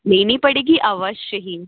लेनी पड़ेगी अवश्य ही